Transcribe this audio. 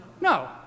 No